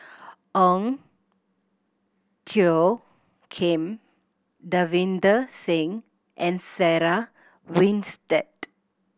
Ong Tjoe Kim Davinder Singh and Sarah Winstedt